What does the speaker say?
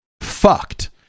fucked